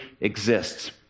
exists